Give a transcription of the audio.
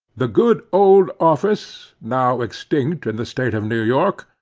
the good old office, now extinct in the state of new york,